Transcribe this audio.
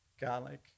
garlic